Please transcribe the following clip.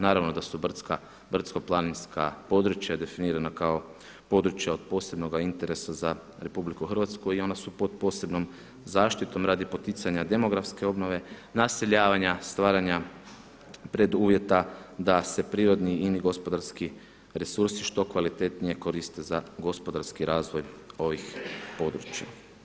Naravno da su brdsko-planinska područja definirana kao područja o posebnoga interesa za RH i ona su pod posebnom zaštitom radi poticanja demografske obnove, naseljavanja, stvaranja preduvjeta da se prirodni i ini gospodarski resursi što kvalitetnije koriste za gospodarski razvoj ovih područja.